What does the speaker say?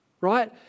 right